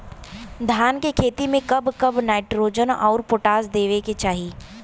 धान के खेती मे कब कब नाइट्रोजन अउर पोटाश देवे के चाही?